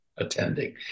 attending